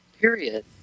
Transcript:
period